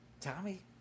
tommy